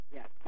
Yes